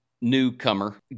newcomer